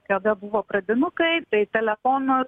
kada buvo pradinukai tai telefonus